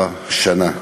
34 שנה.